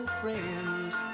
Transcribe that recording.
friends